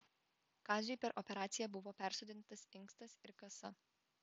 kaziui per operaciją buvo persodintas inkstas ir kasa